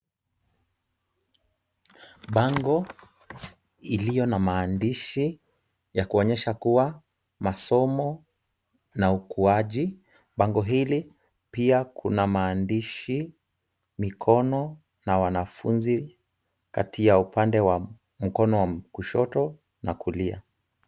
Bango iliyo na maandishi ya kuonyesha kuwa masomo na ukuaji. Bango hili pia kuna maandishi, mikono na wanafunzi kati ya upande wa mkono wa kushoto na kulia.